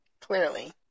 Clearly